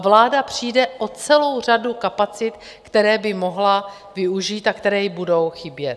Vláda přijde o celou řadu kapacit, které by mohla využít a které jí budou chybět.